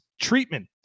treatment